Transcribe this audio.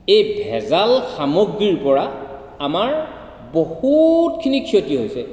এই ভেজাল সামগ্ৰীৰ পৰা আমাৰ বহুতখিনি ক্ষতি হৈছে